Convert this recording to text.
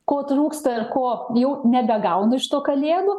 ko trūksta ko jau nebegaunu iš to kalėdų